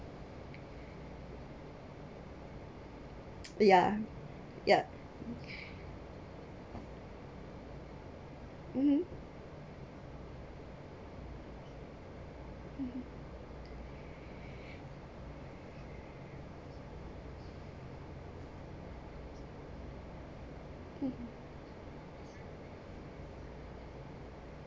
ya ya (uh huh)